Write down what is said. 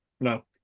No